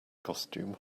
costume